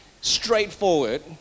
straightforward